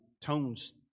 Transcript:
tones